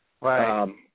Right